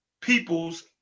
peoples